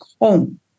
home